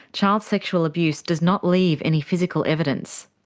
child sexual abuse does not leave any physical evidence.